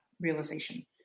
realization